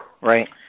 Right